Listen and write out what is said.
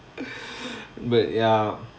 but ya